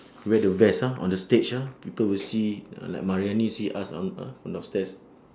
we are the best ah on the stage ah people will see uh like mariani see us on uh from downstairs